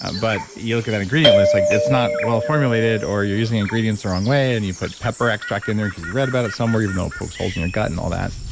ah but you look at that ingredient list, like it's not wellformulated, or you're using ingredients the wrong way. and you put pepper extract in there because you read about it somewhere even though it pokes holes in your gut and all that.